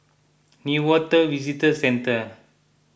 Newater Visitor Centre